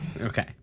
Okay